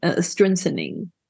strengthening